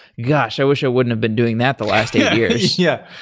gosh! i wish i wouldn't have been doing that the last eight year. yeah.